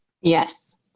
Yes